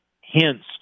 hence